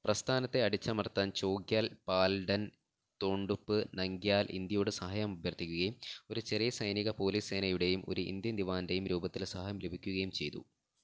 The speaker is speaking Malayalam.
പ്രസ്ഥാനത്തെ അടിച്ചമർത്താൻ ചോഗ്യാൽ പാൽഡൻ തോണ്ടുപ്പ് നംഗ്യാൽ ഇന്ത്യയോട് സഹായം അഭ്യർത്ഥിക്കുകയും ഒരു ചെറിയ സൈനിക പോലീസ് സേനയുടെയും ഒരു ഇൻഡ്യൻ ദിവാൻ്റെയും രൂപത്തിൽ സഹായം ലഭിക്കുകയും ചെയ്തു